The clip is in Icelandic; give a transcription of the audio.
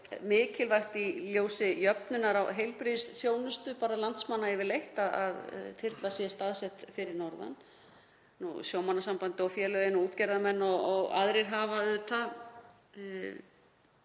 mikilvægt í ljósi jöfnunar á heilbrigðisþjónustu landsmanna yfirleitt að þyrla sé staðsett fyrir norðan. Sjómannasambandið, -félögin, útgerðarmenn og aðrir hafa mælt